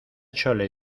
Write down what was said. chole